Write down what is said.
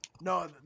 No